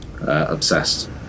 Obsessed